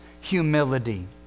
humility